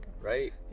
right